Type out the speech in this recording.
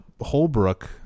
Holbrook